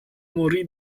morì